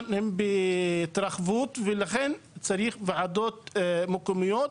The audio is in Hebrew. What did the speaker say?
הם בהתרחבות ולכן צריך ועדות מקומיות.